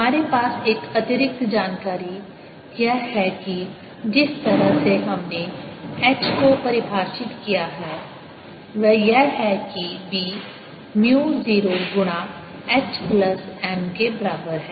हमारे पास एक अतिरिक्त जानकारी यह है कि जिस तरह से हमने H को परिभाषित किया है वह यह है कि B म्यू 0 गुणा H प्लस M के बराबर है